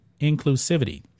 inclusivity